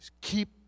Keep